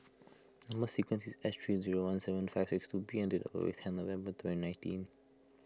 Number Sequence is S three zero one seven five six two B and date of birth is ten November twenty nineteen